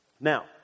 Now